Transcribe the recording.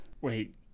Wait